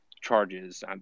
charges